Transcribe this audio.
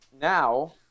now